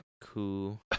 cool